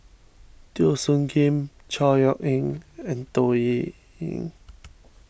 Teo Soon Kim Chor Yeok Eng and Toh